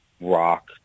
rock